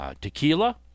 Tequila